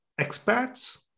expats